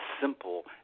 simple